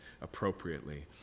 appropriately